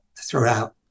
throughout